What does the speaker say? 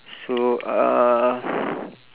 so uh